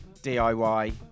diy